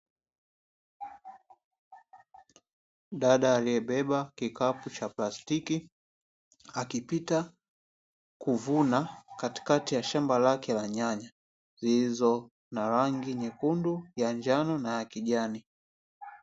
Dada aliyebeba kikapu cha plastiki, akipita kuvuna katikati ya shamba lake la nyanya zenye rangi nyekundu, njano na kijani.